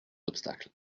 obstacles